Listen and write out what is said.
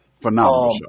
Phenomenal